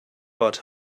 about